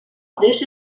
this